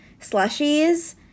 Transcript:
slushies